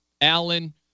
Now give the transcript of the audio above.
Allen